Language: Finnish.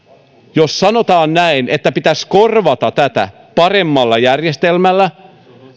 jos sanotaan näin että pitäisi korvata tämä paremmalla järjestelmällä